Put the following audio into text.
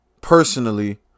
personally